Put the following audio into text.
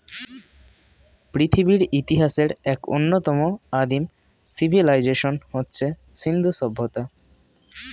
পৃথিবীর ইতিহাসের এক অন্যতম আদিম সিভিলাইজেশন হচ্ছে সিন্ধু সভ্যতা